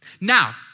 Now